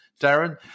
Darren